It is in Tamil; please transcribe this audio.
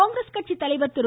காங்கிரஸ் கட்சித்தலைவர் திரு